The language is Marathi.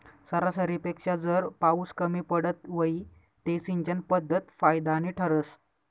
सरासरीपेक्षा जर पाउस कमी पडत व्हई ते सिंचन पध्दत फायदानी ठरस